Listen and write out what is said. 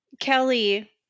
Kelly